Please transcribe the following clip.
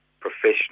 professional